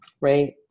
Right